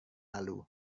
lalu